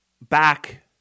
back